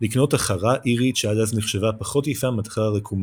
לקנות תחרה אירית שעד אז נחשבה פחות יפה מהתחרה הרקומה,